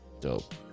dope